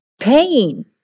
Pain